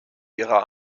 ihrer